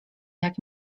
jak